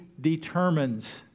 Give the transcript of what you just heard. determines